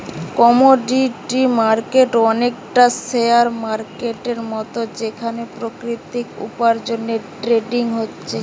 commodity market অনেকটা share মার্কেটের মতন যেখানে প্রাকৃতিক উপার্জনের ট্রেডিং হচ্ছে